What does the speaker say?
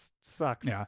sucks